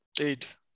Eight